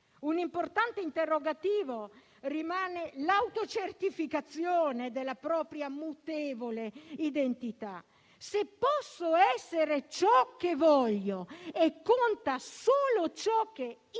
Un importante interrogativo rimane sull'autocertificazione della propria mutevole identità: se posso essere ciò che voglio e conta solo ciò che io